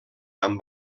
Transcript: amb